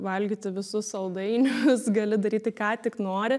valgyti visus saldainius gali daryti ką tik nori